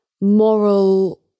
moral